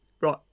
Right